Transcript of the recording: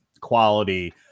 quality